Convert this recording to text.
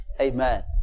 Amen